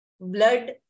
Blood